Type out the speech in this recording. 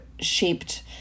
shaped